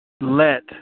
let